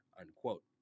unquote